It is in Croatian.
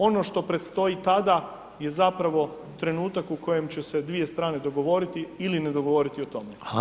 Ono što predstoji tada, je zapravo trenutak u kojem će se dvije strane dogovoriti ili ne dogovoriti o tome.